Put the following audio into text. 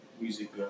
music